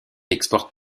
exporte